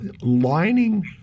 lining